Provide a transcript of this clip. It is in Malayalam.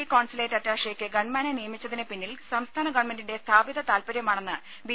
ഇ കോൺസുലേറ്റ് അറ്റാഷെയ്ക്ക് ഗൺമാനെ നിയമിച്ചതിന് പിന്നിൽ സംസ്ഥാന ഗവൺമെന്റിന്റെ സ്ഥാപിത താല്പര്യമാണെന്ന് ബി